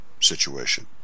situation